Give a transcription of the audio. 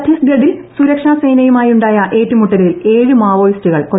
ഛത്തീസ്ഗഢിൽ സുരക്ഷാസേന്യുമായുണ്ടായ ഏറ്റുമുട്ടലിൽ ഏഴ് മാവോയിസ്റ്റുകൾ കൊല്ലപ്പെട്ടു